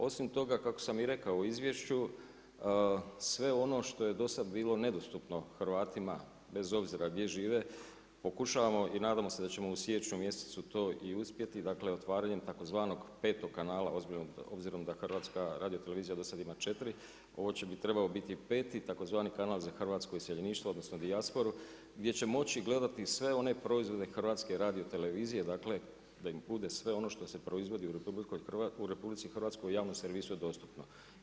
Osim toga kako sam i rekao u izvješću, sve ono što je dosad bilo nedostupno Hrvatima bez obzira gdje žive, pokušavamo i nadamo se da ćemo u siječnju mjesecu to i uspjeti, dakle otvaranjem tzv. 5. kanala obzirom da HRT do sad ima 4, ovo bi trebao biti 5., tzv. kanal za hrvatsko iseljeništvo odnosno dijasporu gdje će moči gledati sve one proizvode HRT-a dakle, da im bude sve ono što se proizvodi u RH i javnom servisu dostupno.